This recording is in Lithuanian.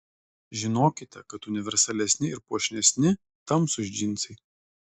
žinokite kad universalesni ir puošnesni tamsūs džinsai